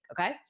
Okay